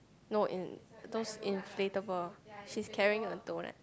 no in those inflatable she's carrying a donut